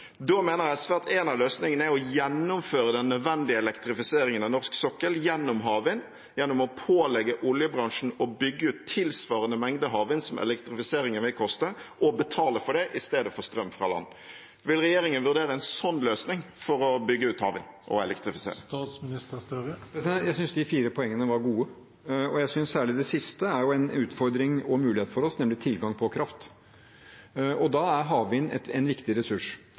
Da mener SV at en av løsningene er å gjennomføre den nødvendige elektrifiseringen av norsk sokkel gjennom havvind – gjennom å pålegge oljebransjen å bygge ut tilsvarende mengde havvind som elektrifiseringen vil koste, og betale for det, i stedet for strøm fra land. Vil regjeringen vurdere en sånn løsning for å bygge ut havvind og for elektrifisering? Jeg synes de fire poengene var gode. Særlig det siste er en utfordring og mulighet for oss, nemlig tilgang på kraft. Da er havvind en viktig ressurs.